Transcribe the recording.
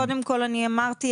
קודם כל אני אמרתי,